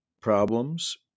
problems